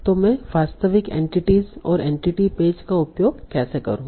तो मैं वास्तविक एंटिटीस और एंटिटी पेज का उपयोग कैसे करूं